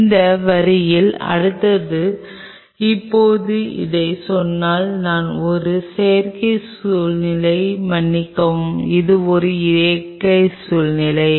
அந்த வரியில் அடுத்தது இப்போது இதைச் சொன்னதால் நான் ஒரு செயற்கை சூழ்நிலை மன்னிக்கவும் ஒரு இயற்கை சூழ்நிலை